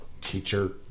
teacher